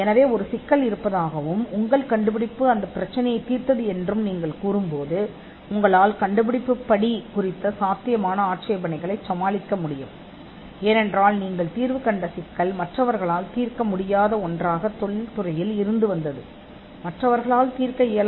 எனவே ஒரு சிக்கல் இருப்பதாகவும் உங்கள் கண்டுபிடிப்பு அந்தப் பிரச்சினையைத் தீர்த்தது என்றும் நீங்கள் கூறும்போது கண்டுபிடிப்பு நடவடிக்கைக்கான சாத்தியமான ஆட்சேபனைகளை நீங்கள் பெறலாம் ஏனென்றால் நீங்கள் தீர்க்கும் பிரச்சினை தொழில்துறையில் இருந்தது வேறு யாரும் தீர்க்கவில்லை